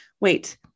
wait